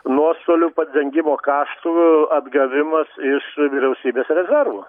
nuostolių padengimo kaštų atgavimas iš vyriausybės rezervo